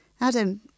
Adam